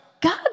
God